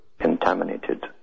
contaminated